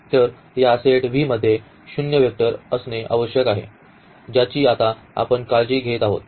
तर या set V मध्ये शून्य वेक्टर असणे आवश्यक आहे ज्याची आता आपण काळजी घेत आहोत